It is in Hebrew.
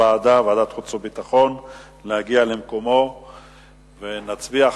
ועדת חוץ וביטחון להגיע למקומו ונצביע,